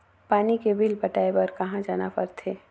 पानी के बिल पटाय बार कहा जाना पड़थे?